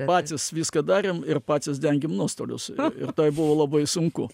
patys viską darėm ir patys dengėm nuostolius ir tai buvo labai sunku